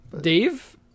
Dave